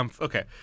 okay